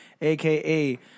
AKA